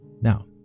Now